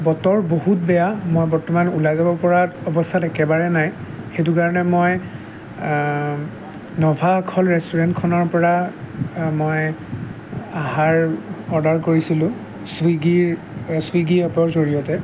বতৰ বহুত বেয়া মই বৰ্তমান ওলাই যাব পৰাত অৱস্থাত একেবাৰে নাই সেইটো কাৰণে মই নভা আখল ৰেষ্টুৰেণ্টখনৰ পৰা মই আহাৰ অৰ্ডাৰ কৰিছিলো ছুইগীৰ ছুইগী এপৰ জৰিয়তে